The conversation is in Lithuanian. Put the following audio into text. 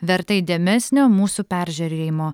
verta įdėmesnio mūsų peržiūrėjimo